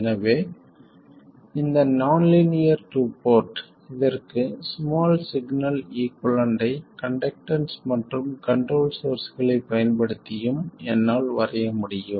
எனவே இந்த நான் லீனியர் டூ போர்ட் இதற்குச் ஸ்மால் சிக்னல் ஈகுவலன்ட்டை கண்டக்டன்ஸ் மற்றும் கண்ட்ரோல் சோர்ஸ்களைப் பயன்படுத்தியும் என்னால் வரைய முடியும்